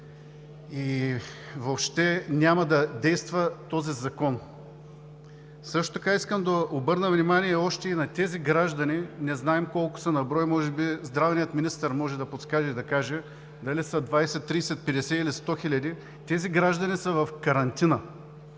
въобще няма да действа този закон. Също така искам да обърна внимание още и на тези граждани – не знаем колко са на брой, може би здравният министър може да подскаже и каже дали са 20, 30, 50 или 100 хиляди, тези граждани са в карантина.